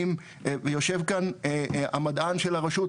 יושב כאן המדען של הרשות,